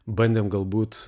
bandėm galbūt